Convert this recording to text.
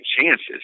chances